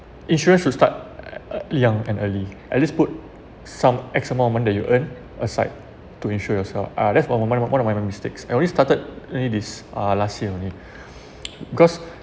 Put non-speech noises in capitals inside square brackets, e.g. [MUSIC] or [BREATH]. insurers should start young and early at least put some add some amount that you earn aside to insure yourself ah that's one one of my my mistakes I only started only this uh last year only [BREATH] because